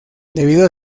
debido